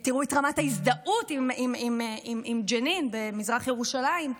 תראו את רמת ההזדהות עם ג'נין במזרח ירושלים.